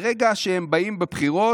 ברגע שהם באים בבחירות,